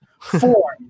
Four